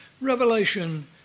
Revelation